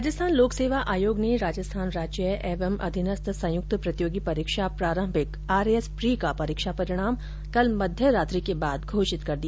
राजस्थान लोक सेवा आयोग ने राजस्थान राज्य एवं अधीनस्थ संयुक्त प्रतियोगी परीक्षा प्रारंभिक आर ए एस प्री का परीक्षा परिणाम कल मध्यरात्रि के बाद घोषित कर दिया